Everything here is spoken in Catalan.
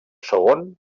segon